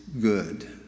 good